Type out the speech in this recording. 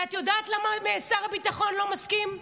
ואת יודעת למה שר הביטחון לא מסכים?